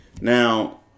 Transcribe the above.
Now